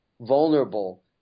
vulnerable